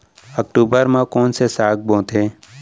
अक्टूबर मा कोन से साग बोथे?